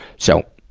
so,